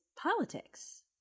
politics